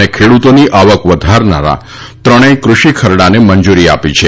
અને ખેડૂતોની આવક વધારનારા ત્રણેય કૃષિ ખરડાંને મંજૂરી આપી છે